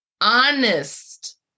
honest